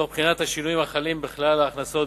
תוך בחינת השינויים החלים בכלל ההכנסות,